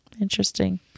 Interesting